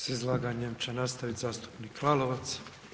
S izlaganjem će nastaviti zastupnik Lalovac.